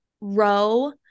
row